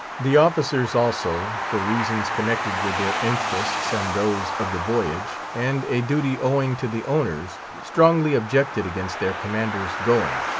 the officers also, for reasons connected with their interests and those of the voyage, and a duty owing to the owners, strongly objected against their commander's going.